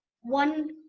one